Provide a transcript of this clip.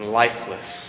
lifeless